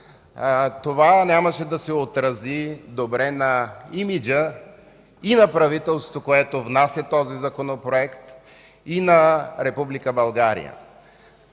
това нямаше да се отрази добре на имиджа и на правителството, което внася Законопроекта, и на